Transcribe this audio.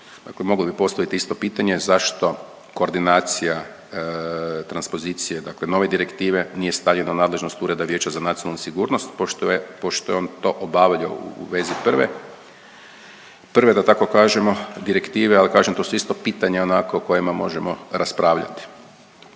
mogao bi postavit isto pitanje, zašto koordinacija transpozicije, dakle nove direktive nije stavljeno u nadležnost Ureda Vijeća za nacionalnu sigurnost pošto je, pošto je on to obavljao u vezi prve, prve da tako kažemo direktive? Al, kažem to su isto pitanja onako o kojima možemo raspravljati.